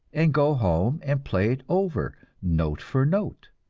and go home and play it over note for note.